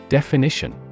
Definition